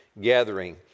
gathering